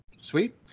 sweet